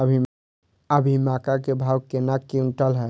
अभी मक्का के भाव केना क्विंटल हय?